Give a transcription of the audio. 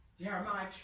Jeremiah